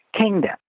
kingdom